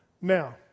Now